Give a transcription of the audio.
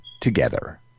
Together